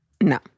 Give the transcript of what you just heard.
No